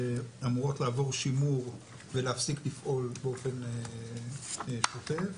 שאמורות לעבור שימור להפסיק לפעול באופן שוטף.